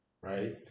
right